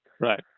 Right